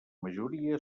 majoria